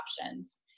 options